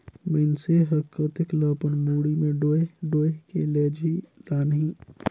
मइनसे हर कतेक ल अपन मुड़ी में डोएह डोएह के लेजही लानही